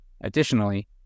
Additionally